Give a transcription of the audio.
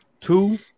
two